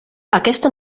aquesta